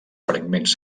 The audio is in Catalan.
fragments